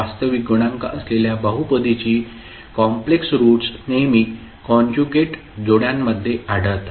वास्तविक गुणांक असलेल्या बहुपदीची कॉम्प्लेक्स रुट्स नेहमी कॉन्जुगेट जोड्यांमध्ये आढळतात